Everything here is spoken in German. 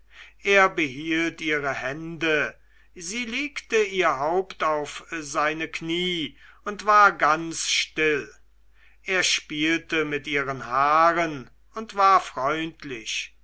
er behielt ihre hände sie legte ihr haupt auf seine kniee und war ganz still er spielte mit ihren haaren und war freundlich